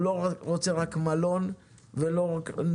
הוא לא רוצה רק מלון ונוף,